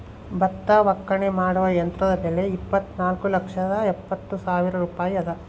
ಭತ್ತ ಒಕ್ಕಣೆ ಮಾಡುವ ಯಂತ್ರದ ಬೆಲೆ ಇಪ್ಪತ್ತುನಾಲ್ಕು ಲಕ್ಷದ ಎಪ್ಪತ್ತು ಸಾವಿರ ರೂಪಾಯಿ ಅದ